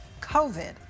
COVID